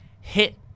hit